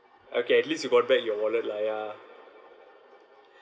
okay at least you got back your wallet lah ya